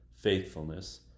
faithfulness